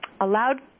allowed